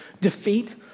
defeat